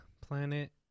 Planet